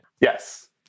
Yes